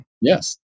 Yes